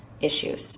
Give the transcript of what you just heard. issues